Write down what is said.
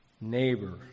neighbor